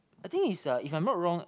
I think it's uh if I'm not wrong